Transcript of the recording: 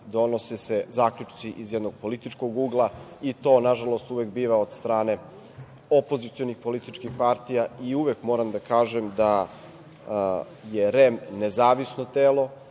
donose se zaključci iz jednog političkog ugla i to, nažalost, biva od strane opozicionih političkih partija i uvek moram da kažem da je REM nezavisno telo,